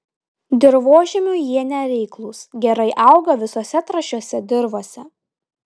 dirvožemiui jie nereiklūs gerai auga visose trąšiose dirvose